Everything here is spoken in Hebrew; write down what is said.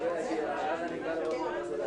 ננעלה בשעה